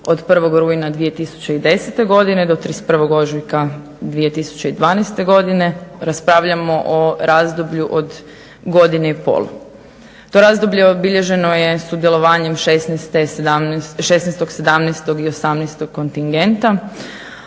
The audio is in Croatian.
od 1. rujna 2010. godine do 31. ožujka 2012. godine. Raspravljamo o razdoblju od godine i pol. To razdoblje obilježeno je sudjelovanjem 16., 17. i 18. kontingenta,